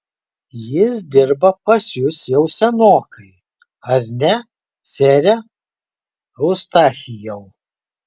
jis dirba pas jus jau senokai ar ne sere eustachijau